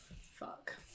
Fuck